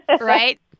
right